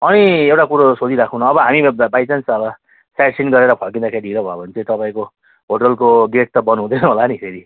अनि एउटा कुरो सोधिराखौँ न अब हामी बाई चान्स अब साइट सिन गरेर फर्किँदाखेरि ढिलो भयो भने चाहिँ तपाईँको होटेलको गेट त बन्द हुँदैन होला नि फेरि